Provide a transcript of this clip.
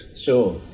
Sure